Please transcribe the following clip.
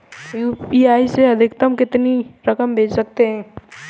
UPI से अधिकतम कितनी रकम भेज सकते हैं?